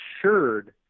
assured